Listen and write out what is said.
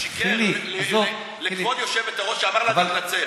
הוא שיקר לכבוד היושבת-ראש ואמר לה שיתנצל.